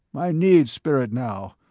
i need spirit now.